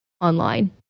online